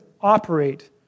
operate